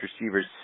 receivers